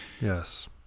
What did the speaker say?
Yes